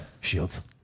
shields